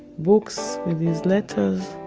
books. with his letters.